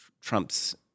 Trump's